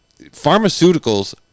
Pharmaceuticals